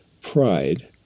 pride